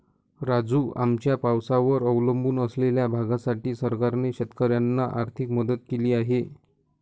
राजू, आमच्या पावसावर अवलंबून असलेल्या भागासाठी सरकारने शेतकऱ्यांना आर्थिक मदत केली आहे